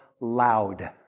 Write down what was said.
loud